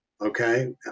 okay